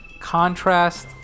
contrast